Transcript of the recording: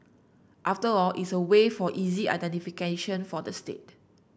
after all it's a way for easy identification for the state